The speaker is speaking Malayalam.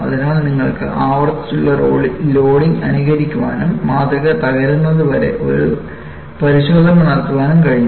അതിനാൽ നിങ്ങൾക്ക് ആവർത്തിച്ചുള്ള ലോഡിംഗ് അനുകരിക്കാനും മാതൃക തകരുന്നതുവരെ ഒരു പരിശോധന നടത്താനും കഴിഞ്ഞു